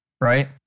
right